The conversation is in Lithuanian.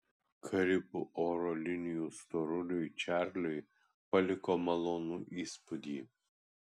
karibų oro linijos storuliui čarliui paliko malonų įspūdį